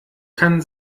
kann